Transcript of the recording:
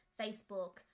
Facebook